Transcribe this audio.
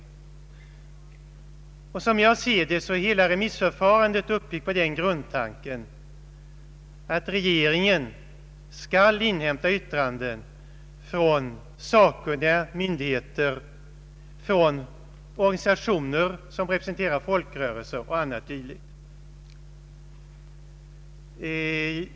Som jag ser det är hela remissförfarandet uppbyggt på den grundtanken att regeringen skall inhämta yttranden från sakkunniga myndigheter och från organisationer som representerar folkrörelser etc.